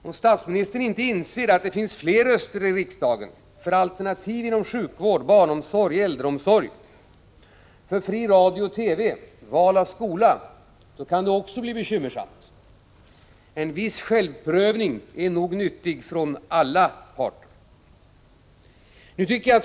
Om statsministern inte inser att det i riksdagen finns fler röster för alternativ inom sjukvård, barnomsorg, äldreomsorg, fler röster för fri radio och TV och för val av skola kan det också bli bekymmersamt. En viss självprövning är nog nyttig hos alla parter.